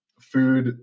Food